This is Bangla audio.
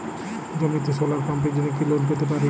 জমিতে সোলার পাম্পের জন্য কি লোন পেতে পারি?